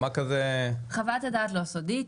חוות הדעת לא סודית.